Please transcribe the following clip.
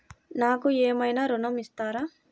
నాకు ఏమైనా ఋణం ఇస్తారా?